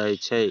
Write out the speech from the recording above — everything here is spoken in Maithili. दइ छै